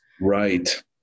Right